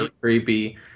creepy